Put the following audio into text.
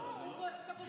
בין 1 ל-3.